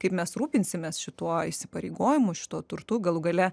kaip mes rūpinsimės šituo įsipareigojimu šituo turtu galų gale